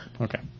Okay